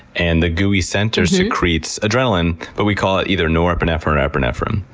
and the gooey center secretes adrenaline, but we call it either norepinephrine or epinephrine.